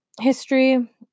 history